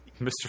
Mr